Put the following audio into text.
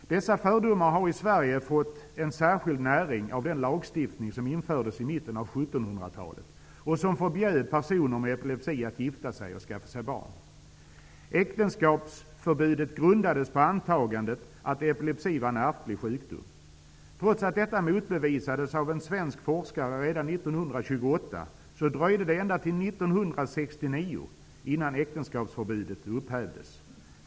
Dessa fördomar har i Sverige fått särskild näring av den lagstiftning som infördes i mitten av 1700-talet och som förbjöd personer med epilepsi att gifta sig och skaffa barn. Äktenskapsförbudet grundades på antagandet att epilepsi var en ärftlig sjukdom. Trots att detta motbevisades av en svensk forskare redan 1928 dröjde det till 1969 innan äktenskapsförbudet upphävdes.